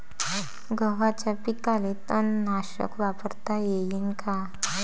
गव्हाच्या पिकाले तननाशक वापरता येईन का?